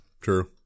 true